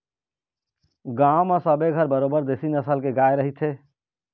गांव म सबे घर बरोबर देशी नसल के गाय रहिथे